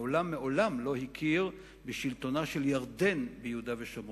מעולם לא הכיר בשלטונה של ירדן ביהודה ושומרון.